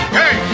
hey